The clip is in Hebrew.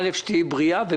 המנכ"ל נושא באחריות עליו.